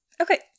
Okay